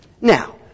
Now